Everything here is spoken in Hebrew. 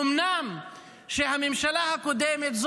אומנם הממשלה הקודמת,